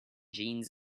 jeans